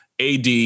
AD